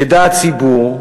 ידע הציבור,